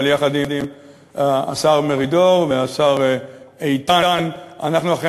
אבל יחד עם השר מרידור והשר איתן אנחנו אכן